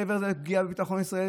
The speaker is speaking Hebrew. מעבר לפגיעה בביטחון ישראל,